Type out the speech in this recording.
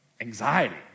anxiety